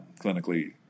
clinically